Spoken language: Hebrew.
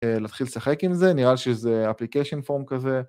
‫להתחיל לשחק עם זה, נראה שזה ‫אפליקיישן פורם כזה.